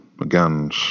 Again